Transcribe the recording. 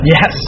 Yes